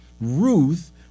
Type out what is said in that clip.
Ruth